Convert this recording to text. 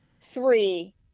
three